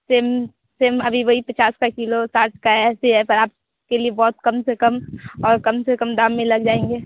Sam सैम अभी वही पचास रुपये किलो साठ का ऐसी है पर आपके लिए बहुत कम से कम और कम से कम दाम में लग जाएँगे